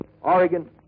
Oregon